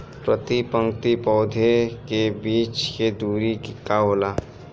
प्रति पंक्ति पौधे के बीच के दुरी का होला?